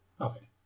Okay